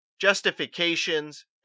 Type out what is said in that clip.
justifications